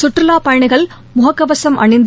சுற்றுலா பயணிகள் முகக் கவசும் அணிந்து